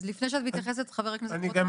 אז לפני שאת מתייחסת, חבר הכנסת רוטמן?